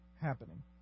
happening